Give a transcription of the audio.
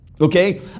Okay